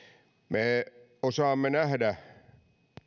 me osaamme nähdä